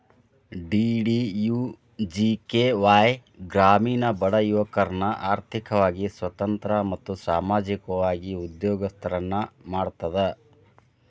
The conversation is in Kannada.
ಡಿ.ಡಿ.ಯು.ಜಿ.ಕೆ.ವಾಯ್ ಗ್ರಾಮೇಣ ಬಡ ಯುವಕರ್ನ ಆರ್ಥಿಕವಾಗಿ ಸ್ವತಂತ್ರ ಮತ್ತು ಸಾಮಾಜಿಕವಾಗಿ ಉದ್ಯೋಗಸ್ತರನ್ನ ಮಾಡ್ತದ